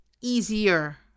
easier